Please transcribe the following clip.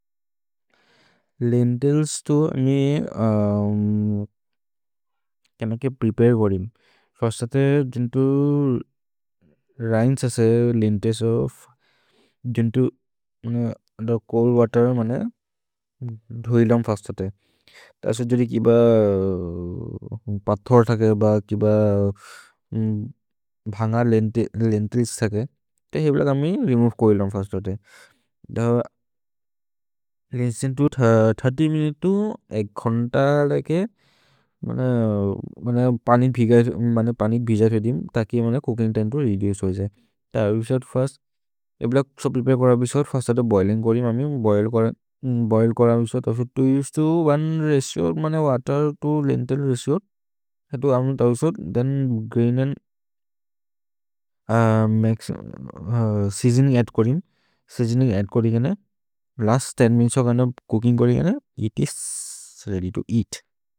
लेन्तिल्स् तु अमे केम के प्रेपरे गोरिम्। फस्तते जुन्तु रिनेस् असे लेन्तिल्स् ओफ् जुन्तु थे चोल्द् वतेर् मने धोय्लम् फस्तते। तसो जोदि किब पथोद् थके ब किब भन्गर् लेन्तिल्स् थके, ते हेव्ल ग मि रेमोवे कोय्लम् फस्तते। तिस् मिनुते तो एक् घन्त दके पनीर् भिज फेतिम्। त कि मने चूकिन्ग् तिमे तो रेदुचे होजे। हेव्ल सो प्रेपरे कोर बिशोद्। फस्तते बोइलिन्ग् कोरिम्। अमे बोइल् कोर बिशोद्। तसो तुतु उसे तु ओने रतिओ मने वतेर् तो लेन्तिल् रतिओ। ततो अमे तसो दन् ग्रीन् अन्द् सेअसोनिन्ग् अद्द् कोरिम्। सेअसोनिन्ग् अद्द् कोरि केन। लस्त् दस् मिनुते सो कनो चूकिन्ग् कोरि केन। It is ready to eat.